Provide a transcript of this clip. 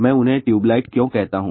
मैं उन्हें ट्यूबलाइट क्यों कहता हूं